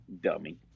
Dummy